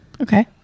Okay